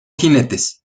jinetes